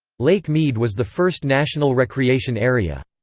lake mead was the first national recreation area.